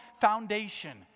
foundation